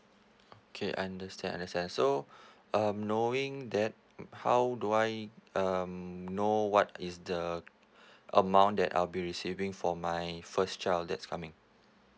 okay understand understand so um knowing that how do I um know what is the amount that I'll be receiving for my first child that's coming